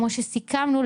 כמו שסיכמנו,